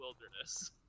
wilderness